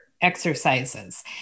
exercises